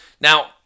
now